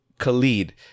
Khalid